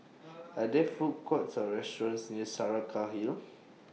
Are There Food Courts Or restaurants near Saraca Hill